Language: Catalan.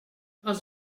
als